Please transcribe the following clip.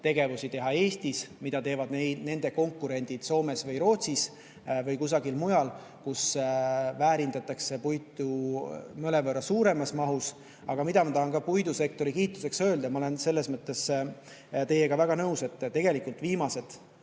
tegevusi, mida teevad nende konkurendid Soomes, Rootsis või kusagil mujal, kus väärindatakse puitu mõnevõrra suuremas mahus. Aga ma tahan ka puidusektori kiituseks öelda seda – ma olen selles mõttes teiega väga nõus –, et tegelikult viimased